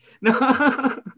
No